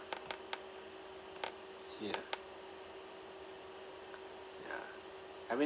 ya ya I mean